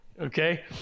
okay